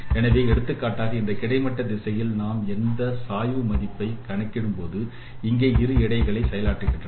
எனவே எடுத்துக்காட்டாக இந்த கிடைமட்ட திசைகளில் நாம் இந்த சாய்வு மதிப்பை கணக்கிடும் போது இங்கே இரு எடைகளை செயலாற்றுகின்றன